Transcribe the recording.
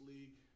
League